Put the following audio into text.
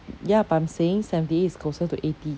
ya but I'm saying seventy eight is closer to eighty